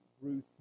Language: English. Ruth